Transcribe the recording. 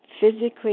physically